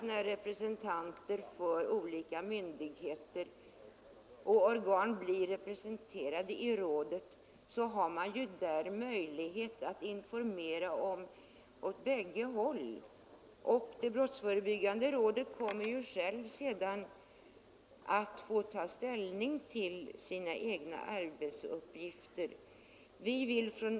När olika myndigheter och organ blir representerade i rådet har man ju där möjlighet att informera åt bägge håll. Det brottsförebyggande rådet kommer sedan självt att få ta ställning till sina egna arbetsuppgifter.